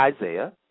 Isaiah